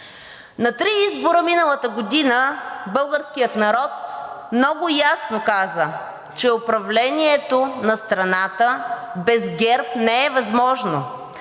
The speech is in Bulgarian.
На три избора миналата година българският народ много ясно каза, че управлението на страната без ГЕРБ не е възможно.